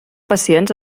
pacients